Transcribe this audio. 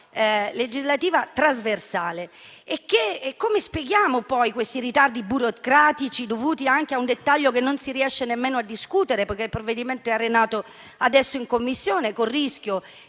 Come spieghiamo poi questi ritardi burocratici, dovuti anche a un dettaglio che non si riesce nemmeno a discutere? Il provvedimento è adesso arenato in Commissione, con il rischio